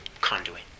conduit